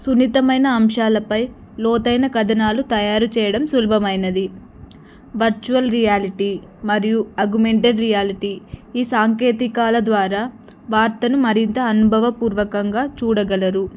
సున్నితమైన అంశాలపై లోతైన కథనాలు తయారు చేయడం సులభమైనది వర్చువల్ రియాలిటీ మరియు అగుమెంటెడ్ రియాలిటీ ఈ సాంకేతికతల ద్వారా వార్తను మరింత అనుభవపూర్వకంగా చూడగలరు